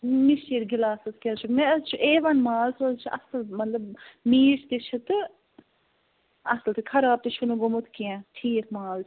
مِشِرۍ glasses کیاہ حظ چھُ مےٚ حظ چھُ اے وَن مال سُہ حظ چھُ اصٕل مطلب میٖٹھۍ تہِ چھِ تہٕ اصٕل تہٕ خراب تہِ چھُنہٕ گوٚمُت کیٚنٛہہ ٹھیٖک مال چھُ